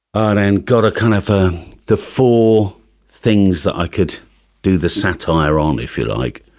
and got a kind of ah the four things that i could do the satire on if you like